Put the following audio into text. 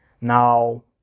now